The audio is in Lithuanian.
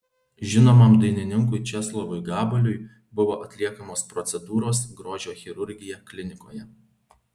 žinomam dainininkui česlovui gabaliui buvo atliekamos procedūros grožio chirurgija klinikoje